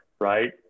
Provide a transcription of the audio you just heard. right